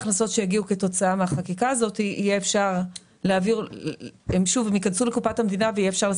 שיגיעו כתוצאה מהחקיקה הזאת ייכנסו לקופת המדינה ואפשר יהיה